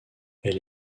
elle